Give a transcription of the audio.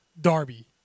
Darby